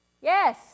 Yes